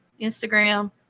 Instagram